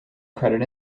credit